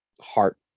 heart